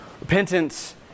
Repentance